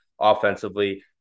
offensively